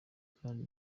kandi